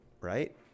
right